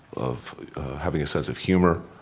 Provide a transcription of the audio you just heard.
of having a sense of humor,